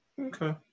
Okay